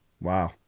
Wow